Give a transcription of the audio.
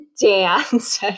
dance